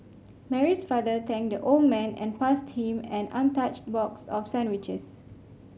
Mary's father thanked the old man and passed him an untouched box of sandwiches